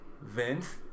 Vince